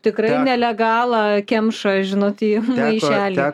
tikrai nelegalą kemša žinot į maišelį